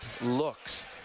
looks